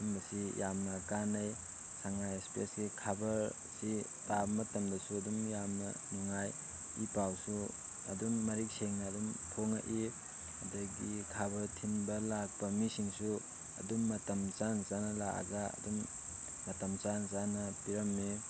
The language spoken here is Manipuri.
ꯁꯨꯝꯕꯁꯤ ꯌꯥꯝꯅ ꯀꯥꯟꯅꯩ ꯁꯉꯥꯏ ꯑꯦꯛꯁꯄ꯭ꯔꯦꯁꯀꯤ ꯈꯕꯔꯁꯤ ꯄꯥꯕ ꯃꯇꯝꯗꯁꯨ ꯑꯗꯨꯝ ꯌꯥꯝꯅ ꯅꯨꯡꯉꯥꯏ ꯏ ꯄꯥꯎꯁꯨ ꯑꯗꯨꯝ ꯃꯔꯤꯛ ꯁꯦꯡꯅ ꯑꯗꯨꯝ ꯐꯣꯡꯉꯛꯏ ꯑꯗꯒꯤ ꯈꯕꯔ ꯊꯤꯟꯕ ꯂꯥꯛꯄ ꯃꯤꯁꯤꯡꯁꯨ ꯑꯗꯨꯝ ꯃꯇꯝ ꯆꯥꯟ ꯆꯥꯅ ꯂꯥꯛꯑꯒ ꯑꯗꯨꯝ ꯃꯇꯝ ꯆꯥꯟ ꯆꯥꯅ ꯄꯤꯔꯝꯃꯤ